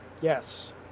Yes